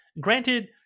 Granted